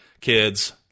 kids